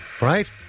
Right